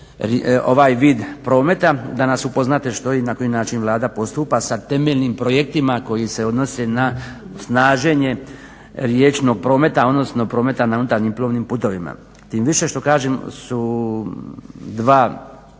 ovaj vid prometa, da nas upoznate što i na koji način Vlada postupa sa temeljnim projektima koji se odnose na snaženje riječnog prometa, odnosno prometa na unutarnjih plovnim putovima. Tim više što kažem su dva